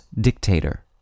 dictator